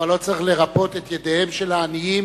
אבל לא צריך לרפות את ידיהם של העניים,